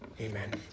Amen